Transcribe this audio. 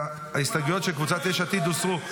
ההסתייגויות של קבוצת יש עתיד הוסרו.